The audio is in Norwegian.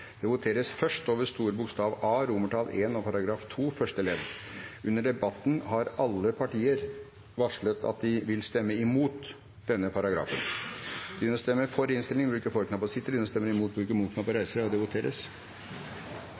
Det voteres først over bokstav A I § 2 første ledd. Under debatten har alle partier varslet at de vil stemme imot denne paragrafen. Det voteres